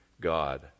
God